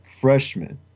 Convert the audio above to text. freshman